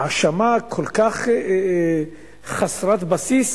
האשמה כל כך חסרת בסיס,